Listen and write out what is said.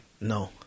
No